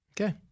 Okay